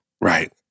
Right